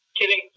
Kidding